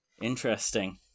Interesting